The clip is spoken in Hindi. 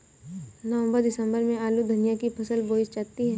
नवम्बर दिसम्बर में आलू धनिया की फसल बोई जाती है?